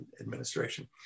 administration